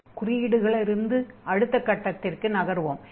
ஆகவே குறியீடுகளிருந்து அடுத்த கட்டத்திற்கு நகர்வோம்